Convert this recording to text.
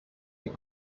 est